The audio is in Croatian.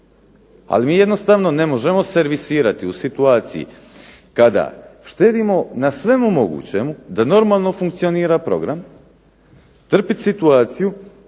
Ali mi jednostavno ne možemo servisirati u situaciji kada štedimo na svemu mogućemu da normalno funkcionira program, trpit situaciju